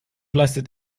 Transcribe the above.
leistet